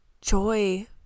joy